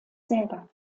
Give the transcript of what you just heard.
selber